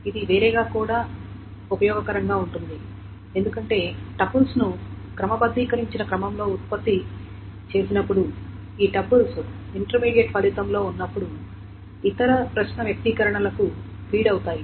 ఇది వేరేగా కూడా ఉపయోగకరంగా ఉంటుంది ఎందుకంటే టపుల్స్ క్రమబద్ధీకరించబడిన క్రమంలో ఉత్పత్తి చేయబడినప్పుడు ఈ టపుల్స్ ఇంటర్మీడియట్ ఫలితంలో ఉన్నప్పుడు ఇతర ప్రశ్న వ్యక్తీకరణలకు ఫీడ్ అవుతాయి